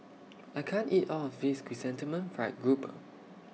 I can't eat All of This Chrysanthemum Fried Grouper